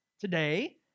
Today